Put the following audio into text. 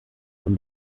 und